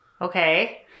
Okay